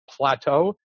plateau